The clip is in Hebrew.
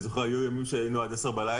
אני זוכר שהיו ימים שהיינו עד 22:00,